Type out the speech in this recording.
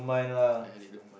I really don't mind lah